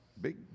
big